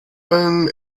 been